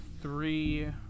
three